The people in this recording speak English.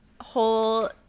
whole